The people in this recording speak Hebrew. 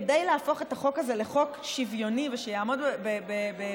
כדי להפוך את החוק הזה לחוק שוויוני ושיעמוד בבג"ץ,